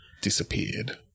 disappeared